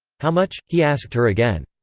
how much he asked her again.